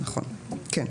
כן.